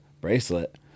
bracelet